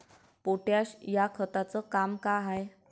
Potash या खताचं काम का हाय?